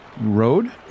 road